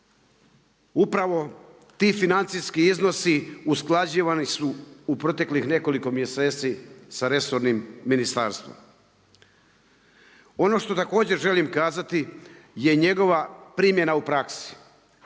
Upravo ti financijski iznosi usklađivani su u proteklih nekoliko mjeseci sa resornim ministarstvom. Ono što također želim kazati je njegova primjena u praksi.